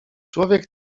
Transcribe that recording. człowiek